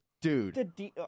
dude